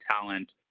talent